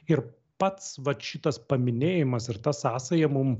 ir pats vat šitas paminėjimas ar ta sąsaja mum